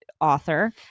author